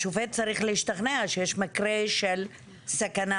השופט צריך להשתכנע שיש מקרה של סכנה.